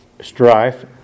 strife